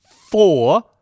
four